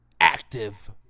Active